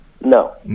No